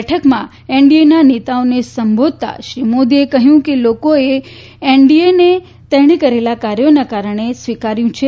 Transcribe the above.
બેઠકમાં એનડીએના નેતાઓને સંબોધતા શ્રી મોદીએ કહ્યું કે લોકોએ એનડીએને તેણે કરેલા કાર્યના કારણે સ્વીકાર્યું છે